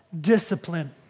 discipline